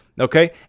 okay